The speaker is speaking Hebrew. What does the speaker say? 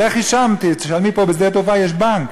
לכי שם, תשלמי פה, בשדה-התעופה יש בנק.